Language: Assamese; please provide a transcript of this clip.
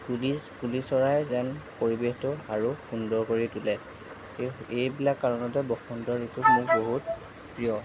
কুলি কুলি চৰায়ে যেন পৰিৱেশটো আৰু সুন্দৰ কৰি তোলে সেই এইবিলাক কাৰণতে বসন্ত ঋতু মোৰ বহুত প্ৰিয়